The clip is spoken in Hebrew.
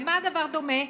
למה הדבר דומה?